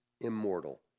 immortal